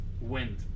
wind